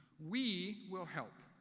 we will help,